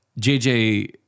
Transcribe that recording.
JJ